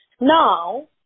Now